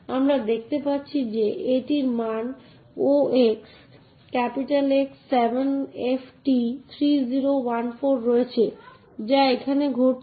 তাই আমরা এখানে যা দেখছি তা বিষয় বস্তু বা অ্যাক্সেস ম্যাট্রিক্সের এই সংজ্ঞা এবং বিভিন্ন আদিম ক্রিয়াকলাপগুলির উপর ভিত্তি করে বিভিন্ন ধরনের কমান্ড তৈরি করতে পারে